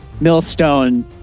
millstone